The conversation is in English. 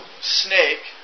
snake